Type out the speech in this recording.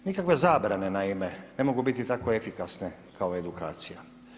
Nikakve zabrane, naime ne mogu biti tako efikasne kao edukacija.